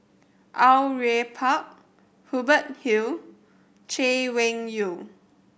Au Yue Pak Hubert Hill Chay Weng Yew